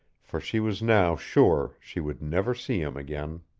for she was now sure she would never see him again.